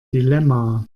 dilemma